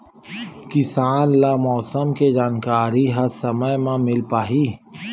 किसान ल मौसम के जानकारी ह समय म मिल पाही?